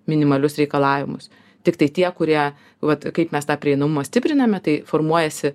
minimalius reikalavimus tiktai tie kurie vat kaip mes tą prieinamumą stipriname tai formuojasi